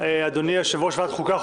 אדוני יושב-ראש ועדת החוקה,